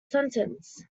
sentence